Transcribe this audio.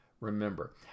remember